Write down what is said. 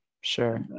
Sure